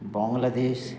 Bangladesh